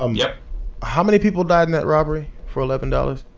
um yeah how many people died and that robbery for eleven dollars